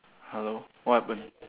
hello what happened